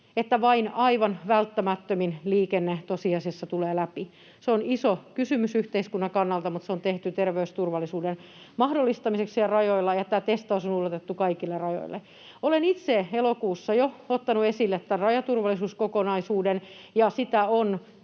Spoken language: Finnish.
että vain aivan välttämättömin liikenne tosiasiassa tulee läpi. Se on iso kysymys yhteiskunnan kannalta, mutta se on tehty terveysturvallisuuden mahdollistamiseksi rajoilla ja tämä testaus on ulotettu kaikille rajoille. Olen itse elokuussa jo ottanut esille tämän rajaturvallisuuskokonaisuuden, ja sitä on